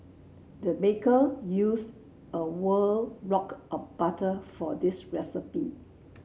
the baker used a block of butter for this recipe